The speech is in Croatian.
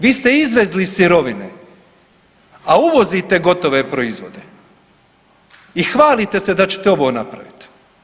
Vi ste izvezli sirovine, a uvozite gotove proizvode i hvalite se da ćete ovo napraviti.